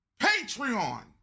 Patreon